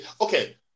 Okay